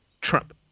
trump